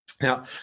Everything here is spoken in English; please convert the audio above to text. Now